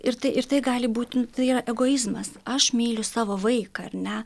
ir tai ir tai gali būti tai yra egoizmas aš myliu savo vaiką ar ne